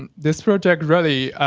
and this project really,